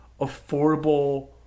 affordable